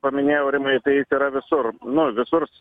paminėjai aurimai tai jis yra visur nu visurs